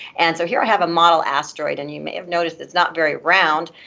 and so here i have model asteroid, and you may have noticed it's not very round.